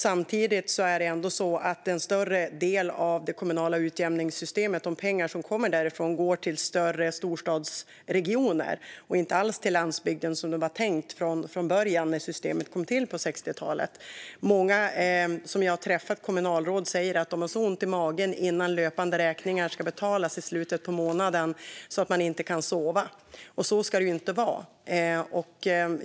Samtidigt är det så att en större del av de pengar som kommer från det kommunala utjämningssystemet går till storstadsregioner och inte alls till landsbygden, som det var tänkt från början när systemet kom till på 60-talet. Många kommunalråd som jag har träffat säger att de har så ont i magen innan löpande räkningar ska betalas i slutet av månaden att de inte kan sova. Så ska det ju inte vara.